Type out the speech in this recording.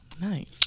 Nice